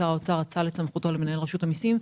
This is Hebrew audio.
שר האוצר אצל את סמכותו למנהל רשות המסים,